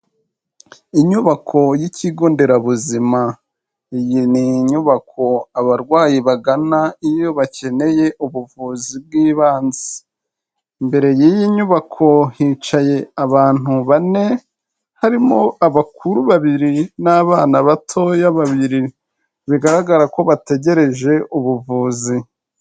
Inyubako y'ikigonderabuzima, iyi ni inyubako abarwayi bagana iyo bakeneye ubuvuzi bw'ibanze. Imbere y'iyi nyubako hicaye abantu bane harimo abakuru babiri n'abana batoya babiri bigaragara ko bategereje ubuvuzi.